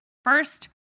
First